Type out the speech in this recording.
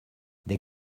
des